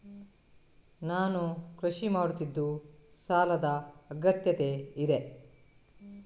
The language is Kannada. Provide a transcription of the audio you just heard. ನಾನು ಕೃಷಿ ಮಾಡುತ್ತಿದ್ದು ಸಾಲದ ಅಗತ್ಯತೆ ಇದೆ?